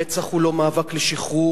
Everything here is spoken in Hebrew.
רצח הוא לא מאבק לשחרור,